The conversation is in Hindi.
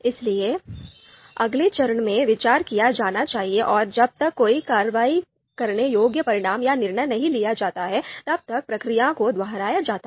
इसलिए अगले चरण में विचार किया जाना चाहिए और जब तक कोई कार्रवाई करने योग्य परिणाम या निर्णय नहीं लिया जाता है तब तक प्रक्रिया को दोहराया जाता है